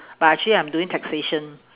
but actually I'm doing taxation